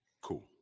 Cool